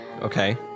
Okay